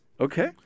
Okay